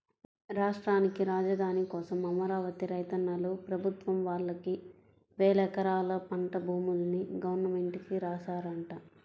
రాష్ట్రానికి రాజధాని కోసం అమరావతి రైతన్నలు ప్రభుత్వం వాళ్ళకి వేలెకరాల పంట భూముల్ని గవర్నమెంట్ కి రాశారంట